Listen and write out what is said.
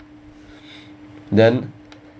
then